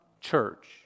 Church